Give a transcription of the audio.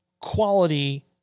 quality